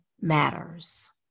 matters